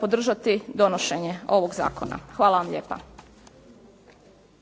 podržati donošenje ovog zakona. Hvala vam lijepa.